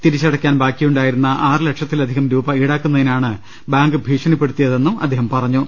തിരിച്ചട യ്ക്കാൻ ബാക്കിയുണ്ടായിരുന്ന ആറ് ലക്ഷത്തിലധികം രൂപ ഈടാക്കുന്നതിനാണ് ബാങ്ക് ഭീഷണിപ്പെടുത്തിയ തെന്നും അദ്ദേഹം പറഞ്ഞു